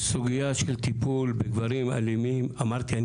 סוגיה של טיול בגברים אלימים אמרתי אני